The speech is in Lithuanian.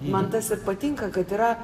man tas ir patinka kad yra